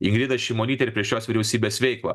ingridą šimonytę ir prieš jos vyriausybės veiklą